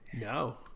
No